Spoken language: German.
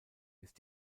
ist